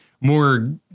more